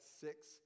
six